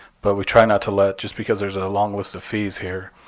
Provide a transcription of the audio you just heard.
but we try not to let just because there is a long list of fees here,